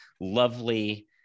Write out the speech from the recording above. lovely